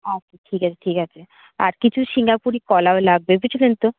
আচ্ছা ঠিক আছে ঠিক আছে আর কিছু সিঙ্গাপুরি কলাও লাগবে বুঝলেন তো